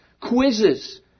quizzes